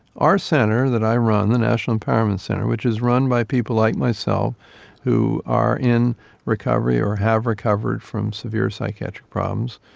our centre that i run, the national empowerment centre, which is run by people like myself who are in recovery or have recovered from severe psychiatric problems,